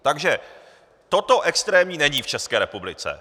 Takže toto extrémní není v České republice.